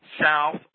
south